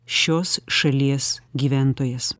šios šalies gyventojas